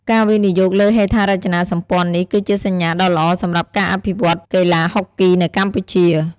ការវិនិយោគលើហេដ្ឋារចនាសម្ព័ន្ធនេះ គឺជាសញ្ញាដ៏ល្អសម្រាប់ការអភិវឌ្ឍកីឡាហុកគីនៅកម្ពុជា។